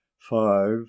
five